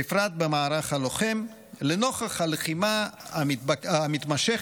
בפרט המערך הלוחם, לנוכח הלחימה המתמשכת,